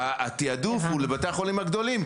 התעדוף הוא לבתי החולים הגדולים,